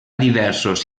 diversos